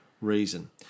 reason